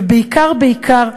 ובעיקר בעיקר,